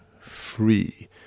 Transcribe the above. free